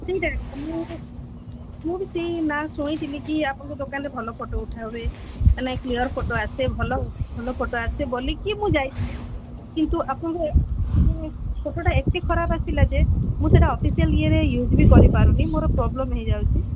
ସେଇଟା କଥା ମୁଁ ମୁଁ ବି ସେଇ ନାଁ ଶୁଣିଥିଲି କି ଆପଣଙ୍କ ଦୋକାନରେ ଭଲ ଫଟୋ ଉଠାହୁଏ ମାନେ କ୍ଲିୟର୍ ଫଟୋ ଆସେ ଭଲ ଭଲ ଫଟୋ ଆସେ ବୋଲିକି ମୁଁ ଯାଇଥିଲି କିନ୍ତୁ ଆପଣଙ୍କ ମାନେ ଫଟୋଟା ଏତେ ଖରାପ ଆସିଲା ଯେ ମୁଁ ସେଇଟା ଅଫିସିଆଲି ଇଏରେ ଇଉଜ୍ ବି କରିପାରୁନି ମୋର ପ୍ରୋବ୍ଲେମ୍ ହୋଇଯାଉଛି